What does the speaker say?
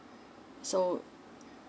so